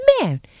man